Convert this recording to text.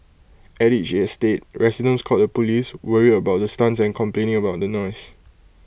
at each estate residents called the Police worried about the stunts and complaining about the noise